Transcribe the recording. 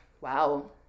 Wow